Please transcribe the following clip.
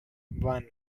one